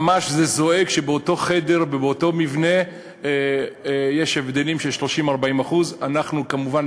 זה ממש זועק שבאותו חדר ובאותו מבנה יש הבדלים של 30% 40%. כמובן,